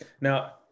now